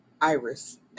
iris